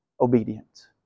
obedience